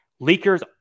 leakers